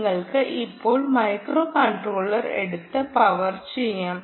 നിങ്ങൾക്ക് ഇപ്പോൾ microcontroller എടുത്ത് പവർ ചെയ്യാം